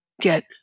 get